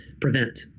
prevent